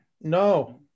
No